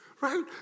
right